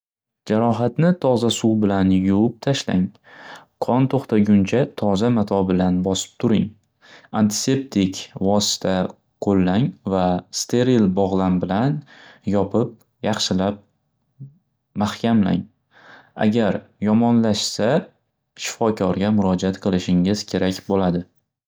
Jaroxatni toza suv bilan yuvib tashlang qon to'xtaguncha toza mato bilan bosib turing antiseptik vosita qo'llang va steril bog'lam bilan yopib yaxshilab maxkamlang. Agar yomonlashsa shifokorga murojat qilishingiz kerak bo'ladi.